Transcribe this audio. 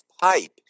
pipe